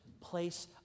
place